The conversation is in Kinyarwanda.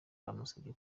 bamusabye